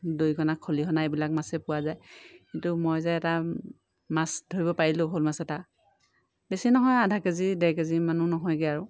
দৰিকণা খলিহনা এইবিলাকহে পোৱা যায় কিন্তু মই যে এটা মাছ ধৰিব পাৰিলোঁ শ'ল মাছ এটা বেছি নহয় আধা কেজি ডেৰ কেজিমানো নহয়গৈ আৰু